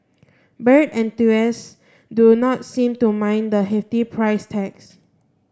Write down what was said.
bird enthusiasts do not seem to mind the hefty price tags